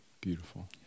Beautiful